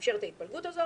שמאפשר את ההתפלגות הזו.